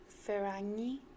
Ferragni